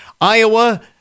Iowa